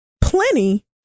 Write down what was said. Plenty